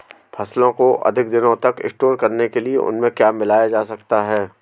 फसलों को अधिक दिनों तक स्टोर करने के लिए उनमें क्या मिलाया जा सकता है?